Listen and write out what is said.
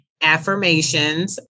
Affirmations